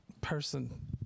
person